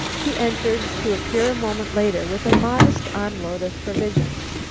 he entered, to appear a moment later with a modest armload of provisions.